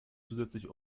zusätzliche